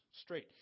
straight